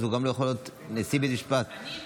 אז הוא גם לא יכול להיות נשיא בית המשפט העליון.